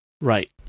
right